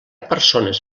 persones